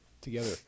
together